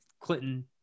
Clinton